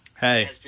hey